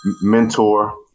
mentor